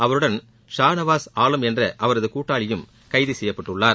அவருடன் ஷா நவாஸ் ஆலம் என்ற அவரது கூட்டாளியும் கைது செய்யப்பட்டுள்ளார்